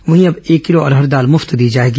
वहीं अब एक किलो अरहर दाल मुफ्त दी जाएगी